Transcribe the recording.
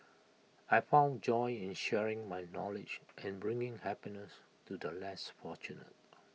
I found joy in sharing my knowledge and bringing happiness to the less fortunate